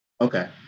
Okay